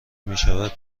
میشود